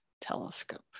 telescope